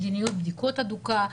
מדיניות בדיקות הדוקה,